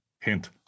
Hint